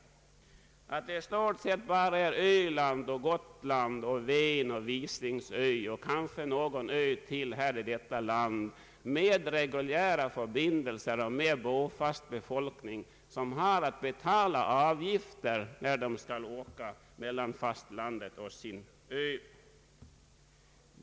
I stort sett är det bara invånarna på Öland, Gotland, Ven och Visingsö samt kanske ytterligare någon ö i detta land med reguljära förbindelser och med en bofast befolkning som får betala avgifter när de skall färdas mellan fastlandet och sin ö.